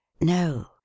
No